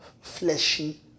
fleshy